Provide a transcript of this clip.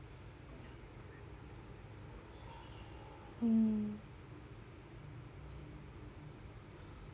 mm